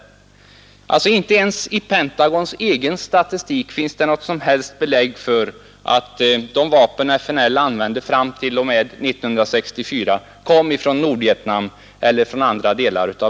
Alltså, inte ens i Pentagons egen statistik finns det något som helst belägg för att de vapen som FNL använde fram t.o.m. 1964 i någon nämnvärd omfattning kom ifrån Nordvietnam. Nordsidan avhöll sig i det längsta från att inveckla sig i söder.